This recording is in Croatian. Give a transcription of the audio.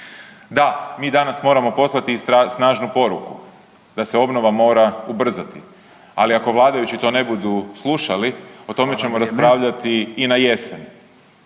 Da, mi danas moramo poslati snažnu poruku da se obnova mora ubrzati, ali ako vladajući to ne budu slušali o tome ćemo raspravljati i na jesen